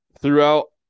throughout